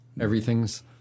everything's